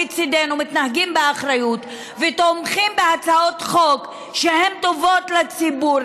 מצידנו מתנהגים באחריות ותומכים בהצעות חוק שהן טובות לציבור,